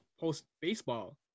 post-baseball